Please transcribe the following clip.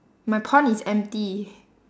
my pond is empty